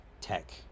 tech